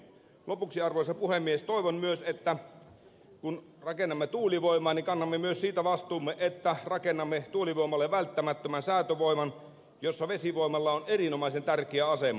lopuksi arvoisa puhemies toivon myös että kun rakennamme tuulivoimaa niin kannamme myös siitä vastuumme että rakennamme tuulivoimalle välttämättömän säätövoiman jossa vesivoimalla on erinomaisen tärkeä asema